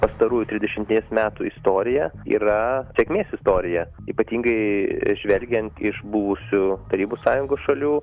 pastarųjų trisdešimties metų istorija yra sėkmės istorija ypatingai žvelgiant iš buvusių tarybų sąjungos šalių